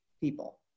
people